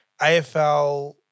AFL